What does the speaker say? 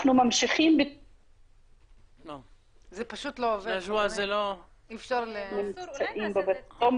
אנחנו כרגע שומעים, את יכולה לדבר.